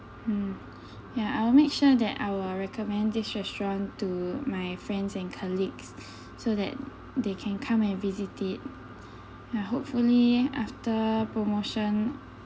mm ya I will make sure that I will recommend this restaurant to my friends and colleagues so that they can come and visit it ya hopefully after promotion